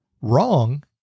Wrong